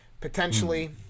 potentially